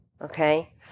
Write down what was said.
Okay